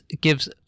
gives